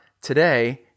today